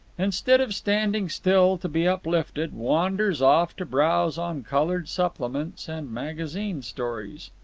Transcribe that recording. instead of standing still to be uplifted, wanders off to browse on coloured supplements and magazine stories.